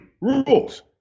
rules